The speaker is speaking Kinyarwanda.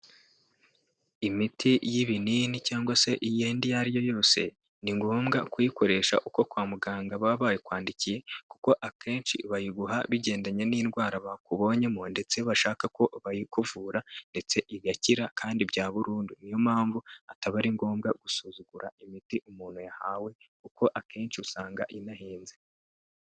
Imiti y'ibinini cyangwa se iyindi iyo ari yo yose ni ngombwa kuyikoresha uko kwa muganga baba bayikwandikiye kuko akenshi bayiguha bigendanye n'indwara bakubonyemo ndetse bashaka ko bayikuvura ndetse igakira kandi bya burundu, niyo mpamvu ataba ari ngombwa gusuzugura imiti umuntu yahawe kuko akenshi usanga inahinnze.